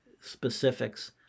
specifics